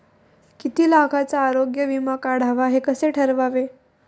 किती लाखाचा आरोग्य विमा काढावा हे कसे ठरवावे?